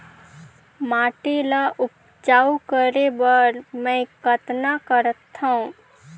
माटी ल उपजाऊ करे बर मै कतना करथव?